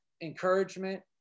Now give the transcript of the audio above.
encouragement